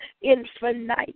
infinite